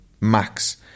max